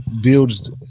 builds